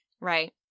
Right